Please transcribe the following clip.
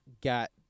got